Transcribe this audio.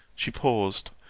she paused,